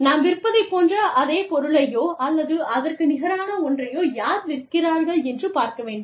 நாம் விற்பதைப் போன்ற அதே பொருளையோ அல்லது அதற்கு நிகரான ஒன்றையோ யார் விற்கிறார்கள் என்று பார்க்க வேண்டும்